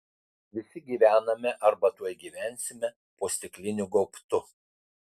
visi gyvename arba tuoj gyvensime po stikliniu gaubtu